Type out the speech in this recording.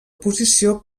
posició